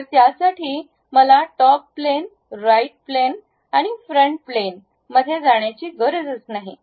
तर यासाठी मला टॉप प्लेन राईट प्लॅन आणि फ्रंट प्लेन मध्ये जाण्याची गरज नाही